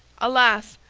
alas!